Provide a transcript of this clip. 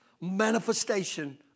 manifestation